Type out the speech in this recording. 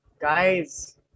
Guys